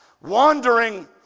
wandering